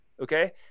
Okay